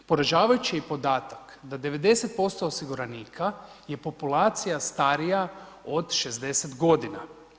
Poražavajući je podatak da 90% osiguranika je populacija starija od 60 godina.